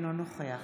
אינו נוכח